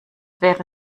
wäre